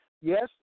Yes